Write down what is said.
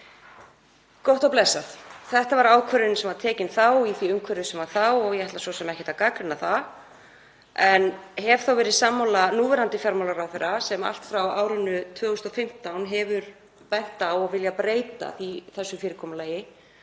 orð, armslengd. Þetta var ákvörðun sem var tekin í því umhverfi sem þá ríkti og ég ætla svo sem ekkert að gagnrýna það. Ég hef þó verið sammála núverandi fjármálaráðherra sem allt frá árinu 2015 hefur bent á og viljað breyta þessu fyrirkomulagi,